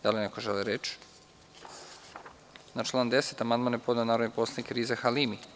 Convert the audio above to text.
Da li neko želi reč? (Ne) Na član 10. amandman je podneo narodni poslanik Riza Halimi.